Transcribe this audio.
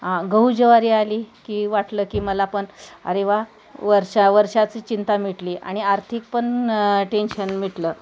गहू ज्वारी आली की वाटलं की मला पण अरे वा वर्ष वर्षाची चिंता मिटली आणि आर्थिक पण टेन्शन मिटलं